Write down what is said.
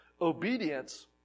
Obedience